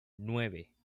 nueve